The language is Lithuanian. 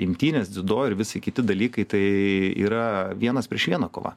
imtynės dziudo ir visi kiti dalykai tai yra vienas prieš vieną kova